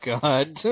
God